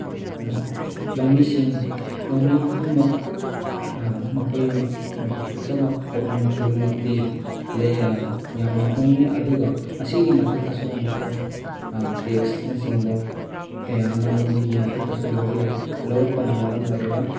ꯑꯗ ꯂꯧꯃꯤꯁꯤꯡ ꯂꯧꯃꯤꯈꯨꯗꯤꯡꯃꯛ ꯃꯈꯣꯏꯅ ꯄꯨꯊꯣꯛꯆꯕ ꯄꯣꯠꯂꯝ ꯈꯨꯗꯤꯡꯃꯛꯇꯤ ꯂꯩ ꯌꯥꯝꯅ ꯍꯣꯡꯉꯤ ꯑꯗꯨꯒ ꯑꯁꯤꯒꯤ ꯃꯊꯛꯇꯁꯨ ꯑꯃꯨꯛꯀ ꯇꯦꯛꯁꯅꯆꯤꯡꯕ ꯀꯌꯥ ꯑꯃ ꯂꯧꯃꯤꯒꯤ ꯃꯊꯛꯇꯁꯨ ꯂꯧꯕꯤꯔꯛ ꯂꯧꯔꯛꯄꯅ ꯃꯔꯝ ꯑꯣꯏꯔꯒ